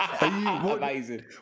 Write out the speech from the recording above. Amazing